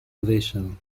ovation